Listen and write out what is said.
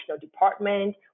department